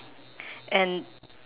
and